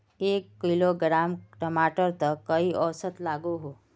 एक किलोग्राम टमाटर त कई औसत लागोहो?